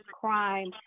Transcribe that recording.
crime